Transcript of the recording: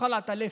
תאכל עטלף,